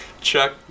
Chuck